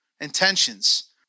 intentions